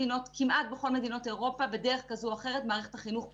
כמעט בכל מדינות אירופה בדרך כזו או אחרת מערכת החינוך פתוחה,